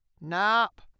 Nap